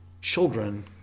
children